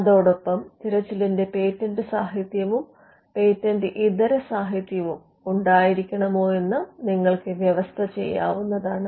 അതോടൊപ്പം തിരച്ചിലിൽ പേറ്റന്റ് സാഹിത്യവും പേറ്റന്റ് ഇതര സാഹിത്യവും ഉണ്ടായിരിക്കേണമോ എന്നും നിങ്ങൾക്ക് വ്യവസ്ഥ ചെയ്യാവുന്നതാണ്